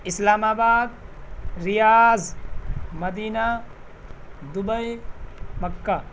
اسلام آباد Riyadh Medina Dubai مکہ